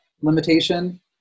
limitation